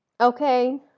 Okay